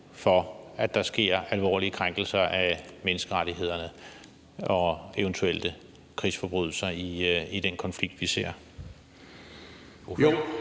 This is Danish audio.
for, at der sker alvorlige krænkelser af menneskerettighederne og eventuelt krigsforbrydelser i den konflikt, vi ser?